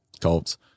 Colts